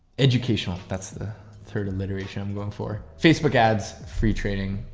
educational. that's the third alliteration i'm going for. facebook ads, free training.